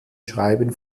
schreiben